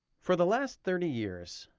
for the last thirty years,